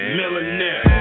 millionaire